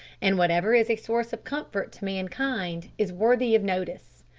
and whatever is a source of comfort to mankind is worthy of notice.